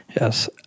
Yes